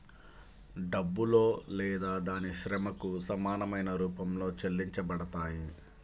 డబ్బులో లేదా దాని శ్రమకు సమానమైన రూపంలో చెల్లించబడతాయి